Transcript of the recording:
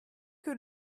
que